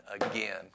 again